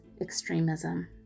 extremism